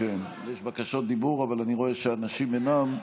יש בקשות דיבור, אבל אני רואה שהאנשים אינם.